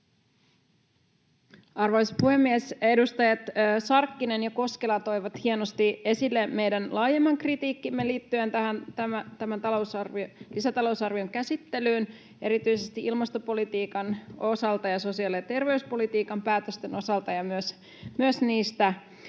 Arvoisa puhemies! Edustajat Sarkkinen ja Koskela toivat hienosti esille meidän laajemman kritiikkimme liittyen tämän lisätalousarvion käsittelyyn erityisesti ilmastopolitiikan osalta ja sosiaali- ja terveyspolitiikan päätösten osalta ja myös niistä